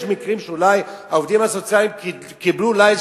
יש מקרים שאולי העובדים הסוציאליים קיבלו איזו